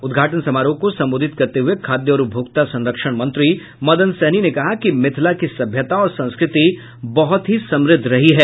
उद्घाटन समारोह को संबोधित करते हुये खाद्य और उपभोक्ता संरक्षण मंत्री मदन सहनी ने कहा कि मिथिला की सभ्यता और संस्कृति बहुत ही समृद्ध रही है